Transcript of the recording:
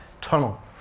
tunnel